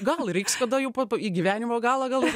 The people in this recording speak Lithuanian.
gal reiks kada jau pa į gyvenimo galą gal ir